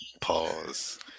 Pause